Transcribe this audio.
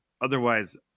otherwise